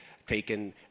Taken